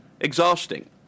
exhausting